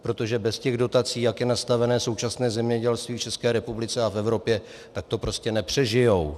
Protože bez těch dotací, jak je nastaveno současné zemědělství v České republice a v Evropě, tak to prostě nepřežijí.